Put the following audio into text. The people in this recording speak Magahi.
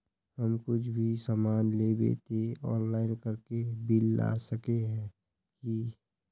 हम कुछ भी सामान लेबे ते ऑनलाइन करके बिल ला सके है की?